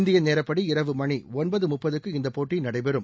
இந்திய நேரப்படி இரவு மணி ஒன்பது முப்பதுக்கு இந்த போட்டி நடைபெறும்